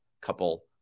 couple